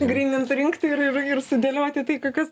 grynint rinkti ir ir ir sudėlioti į tai kokias